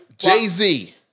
Jay-Z